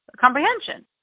comprehension